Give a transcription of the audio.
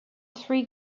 three